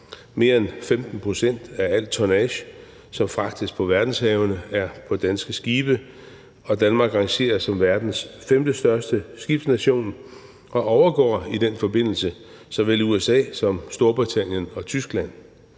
Mere end 15 pct. af al tonnage, der fragtes på verdenshavene, er på danske skibe, og Danmark rangerer som verdens femtestørste skibsfartsnation og overgår i den forbindelse såvel USA som Storbritannien og Tyskland.